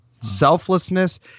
selflessness